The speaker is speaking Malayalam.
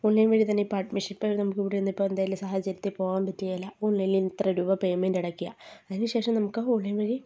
ഓൺലൈൻ വഴി തന്നെ ഇപ്പ അഡ്മിഷൻ ഇപ്പം നമുക്കിവിടിരുന്ന് ഇപ്പം എന്തേലും സാഹചര്യത്തിൽ പോകാൻ പറ്റുകേല ഓൺലൈനിൽ ഇത്ര രൂപ പേയ്മെന്റ് അടക്കുക അതിനു ശേഷം നമുക്ക് ഓൺലൈൻ വഴി